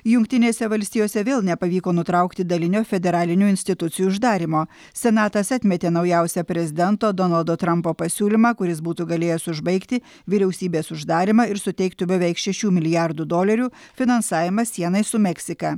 jungtinėse valstijose vėl nepavyko nutraukti dalinio federalinių institucijų uždarymo senatas atmetė naujausią prezidento donaldo trampo pasiūlymą kuris būtų galėjęs užbaigti vyriausybės uždarymą ir suteiktų beveik šešių milijardų dolerių finansavimą sienai su meksika